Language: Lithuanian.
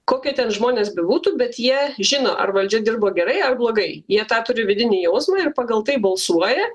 kokie ten žmonės bebūtų bet jie žino ar valdžia dirba gerai ar blogai jie tą turi vidinį jausmą ir pagal tai balsuoja